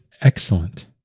excellent